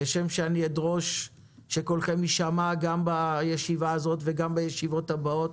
כשם שאני אדרוש שקולכם יישמע גם בישיבה הזאת וגם בישיבות הבאות,